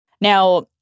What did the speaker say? Now